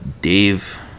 Dave